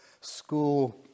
school